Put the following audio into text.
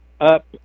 up